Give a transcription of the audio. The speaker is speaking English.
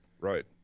Right